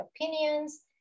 opinions